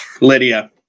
Lydia